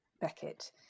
Beckett